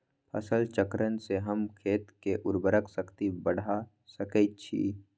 फसल चक्रण से हम खेत के उर्वरक शक्ति बढ़ा सकैछि?